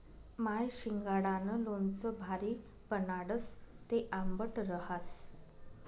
माय शिंगाडानं लोणचं भारी बनाडस, ते आंबट रहास